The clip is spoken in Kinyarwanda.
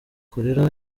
cholera